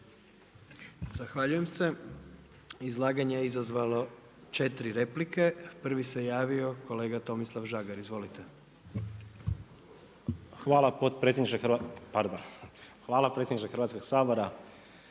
Zahvaljujem se. Izlaganje je izazvalo 4 replike. Prvi se javio kolega Tomislav Žagar. Izvolite. **Žagar, Tomislav